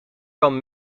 kan